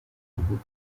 buvuga